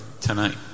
tonight